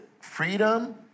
freedom